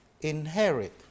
inherit